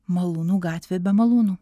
malūnų gatvė be malūnų